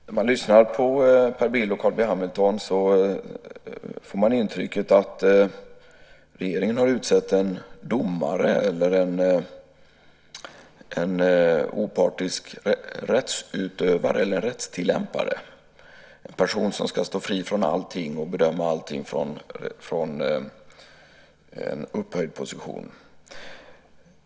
Herr talman! När man lyssnar på Per Bill och Carl B Hamilton får man intrycket att regeringen har utsett en domare eller en opartisk rättstillämpare, en person som ska stå fri från allting och bedöma allting från en upphöjd position.